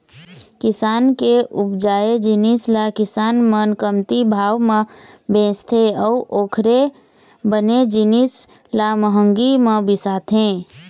किसान के उपजाए जिनिस ल किसान मन कमती भाव म बेचथे अउ ओखरे बने जिनिस ल महंगी म बिसाथे